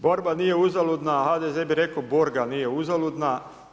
Borba nije uzaludna, a HDZ bi rekao, borga nije uzaludna.